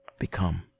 become